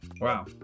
Wow